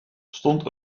stond